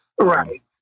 right